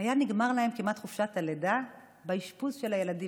כמעט הייתה נגמרת להם חופשת הלידה באשפוז של הילדים,